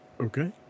Okay